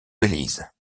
belize